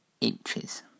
inches